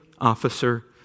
officer